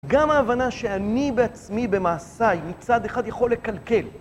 גם ההבנה שאני בעצמי, במעשיי, מצד אחד יכול לקלקל.